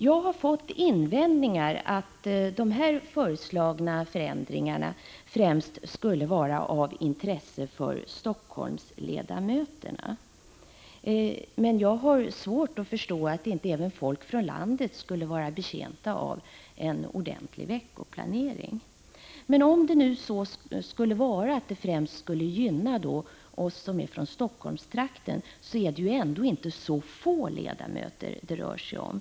Jag har fått invändningar om att de föreslagna förändringarna skulle vara av intresse för främst Helsingforssledamöterna. Men jag har svårt att förstå att inte även folk från övriga landet skulle vara betjänta av en ordentlig veckoplanering. Om det nu främst skulle gynna oss som är från Helsingforsstrakten, är det ju ändå inte så få ledamöter det rör sig om.